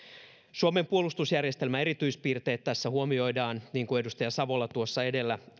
suomen puolustusjärjestelmän erityispiirteet tässä huomioidaan niin kuin edustaja savola tuossa edellä